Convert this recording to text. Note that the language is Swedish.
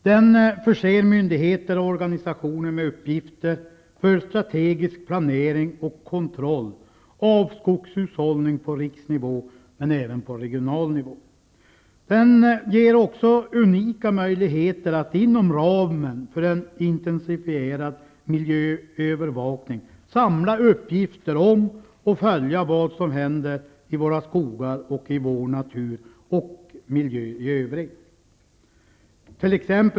Den förser myndigheter och organisationer med uppgifter för strategisk planering och kontroll av skogshushållning på riksnivå, men även på regional nivå. Den ger också unika möjligheter att inom ramen för en intensifierad miljöövervakning samla uppgifter om och följa vad som händer i våra skogar, vår natur och vår miljö i övrigt.